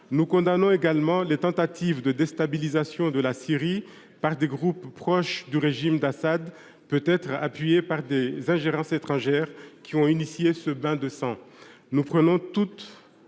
Nous condamnons également les tentatives de déstabilisation de la Syrie par des groupes proches du régime d’Assad, peut être appuyés par des ingérences étrangères qui ont lancé ce bain de sang. Nous prenons note